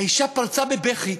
האישה פרצה בבכי.